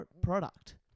product